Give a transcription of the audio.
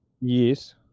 Yes